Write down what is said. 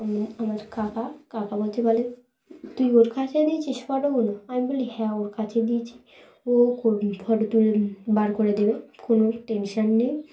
আমার কাকা কাকা বলতে বলে তুই ওর কাছে দিয়েছিস ফটো গুলো আমি বলি হ্যাঁ ওর কাছে দিয়েছি ও ফটো তুলে বার করে দেবে কোনো টেনশন নেই